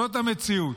זאת המציאות.